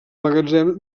magatzem